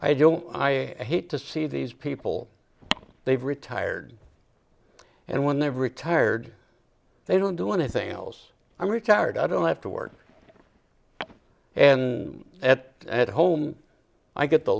i don't i hate to see these people they've retired and when they've retired they don't do anything else i'm retired i don't have to work and that at home i get